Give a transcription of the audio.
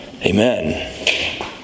Amen